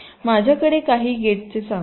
माझ्याकडे काही गेटचे सांगू या